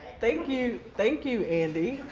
thank you thank you andy.